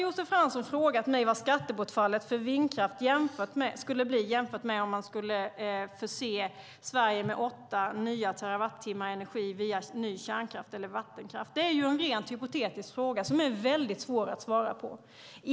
Josef Fransson har frågat mig vad skattebortfallet för vindkraft skulle bli jämfört med om man skulle förse Sverige med åtta nya terawattimmar energi via ny kärnkraft eller vattenkraft. Det är en rent hypotetisk fråga som är mycket svår att svara på.